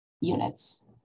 units